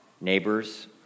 Neighbors